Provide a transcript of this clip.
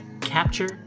Capture